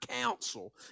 counsel